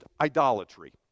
idolatry